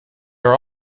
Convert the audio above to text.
are